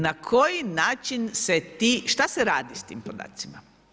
Na koji način se ti, šta se radi sa tim podacima?